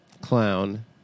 clown